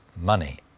money